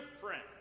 friend